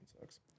sucks